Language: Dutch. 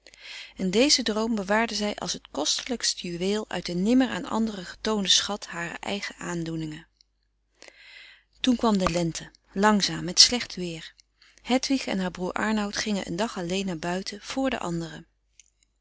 en deze droom bewaarde zij als t kostelijkst juweel uit den nimmer aan anderen getoonden schat harer eigen aandoeningen toen kwam de lente langzaam met slecht weer hedwig en haar broer aernout gingen een dag alleen frederik van eeden van de koele meren des doods naar buiten vr de anderen